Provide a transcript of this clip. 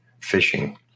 fishing